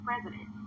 president